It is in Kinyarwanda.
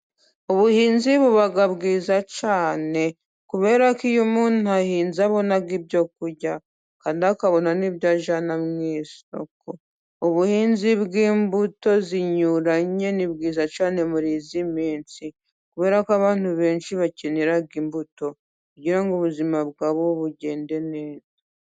Ubuhinzi buba bwiza cyane ,kubera ko iyo umuntu ahinze abona ibyo kurya kandi akabona n'ibyo kujyana mu isoko .Ubuhinzi bw'mbuto zinyuranye ni bwiza cyane muri iyi minsi, kubera ko abantu benshi bakenera imbuto, kugira ngo ubuzima bwabo bugende neza